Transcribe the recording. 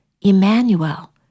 Emmanuel